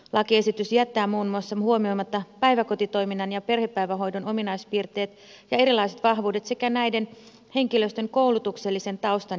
lakiesitys jättää muun muassa huomioimatta päiväkotitoiminnan ja perhepäivähoidon ominaispiirteet ja erilaiset vahvuudet sekä näiden henkilöstön koulutuksellisen taustan ja eron